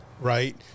right